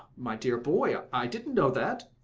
my dear boy, i didn't know that!